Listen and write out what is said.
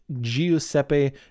Giuseppe